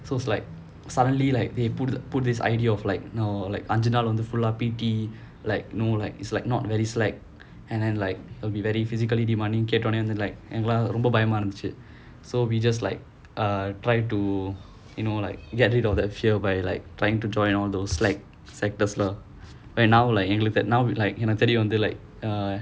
so it's like suddenly like they put put this idea of like you know like அஞ்சினால் வந்து:anjinaal vanthu full ah P_T no like it's like not very slack and then like it will be very physically demanding கேட்டானே வந்து ரொம்ப பயமா இருந்துச்சி:keatonae vanthu romba bayamaa irunthuchi so we just like err try to you know like get rid of that fear by like trying to join all those like sectors lah we're now like now like எனக்கு தெரிய வந்துது:ennaku teriya vanthuthu err